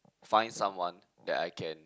find someone that I can